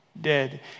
dead